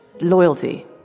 loyalty